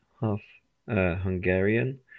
half-Hungarian